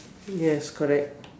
yes correct